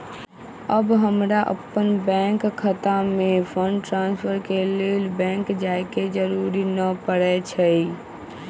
अब हमरा अप्पन बैंक खता में फंड ट्रांसफर के लेल बैंक जाय के जरूरी नऽ परै छइ